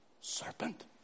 Serpent